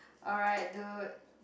alright dude